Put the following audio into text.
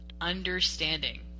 understanding